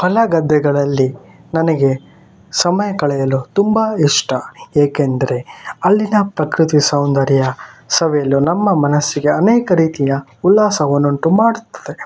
ಹೊಲ ಗದ್ದೆಗಳಲ್ಲಿ ನನಗೆ ಸಮಯ ಕಳೆಯಲು ತುಂಬ ಇಷ್ಟ ಏಕೆಂದರೆ ಅಲ್ಲಿನ ಪ್ರಕೃತಿ ಸೌಂದರ್ಯ ಸವಿಯಲು ನಮ್ಮ ಮನಸ್ಸಿಗೆ ಅನೇಕ ರೀತಿಯ ಉಲ್ಲಾಸವನ್ನುಂಟು ಮಾಡುತ್ತದೆ